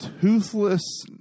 toothless